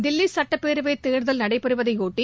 தில்லி சட்டப்பேரவை தேர்தல் நடைபெறுவதையொட்டி